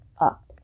up